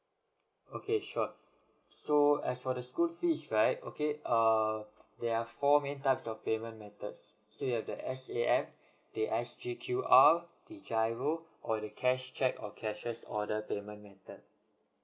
okay sure so as for the school fees right okay err there are four main types of payment methods so you have the S_A_M the S_J_Q_R the giro or the cash cheque or cashier order payment method